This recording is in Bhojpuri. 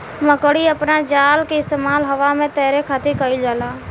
मकड़ी अपना जाल के इस्तेमाल हवा में तैरे खातिर कईल जाला